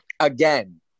Again